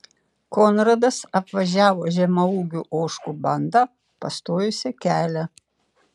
konradas apvažiavo žemaūgių ožkų bandą pastojusią kelią